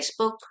Facebook